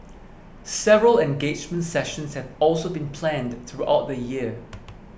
several engagement sessions have also been planned throughout the year